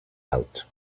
out